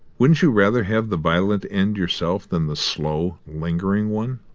wouldn't you rather have the violent end yourself than the slow, lingering one?